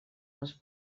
les